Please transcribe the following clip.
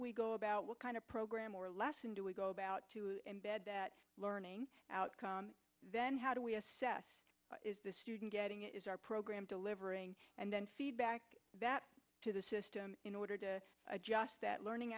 we go about what kind of program or lesson do we go about to embed that learning outcome then how do we assess the student getting it is our program delivering and then feedback to the system in order to adjust that learning